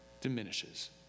diminishes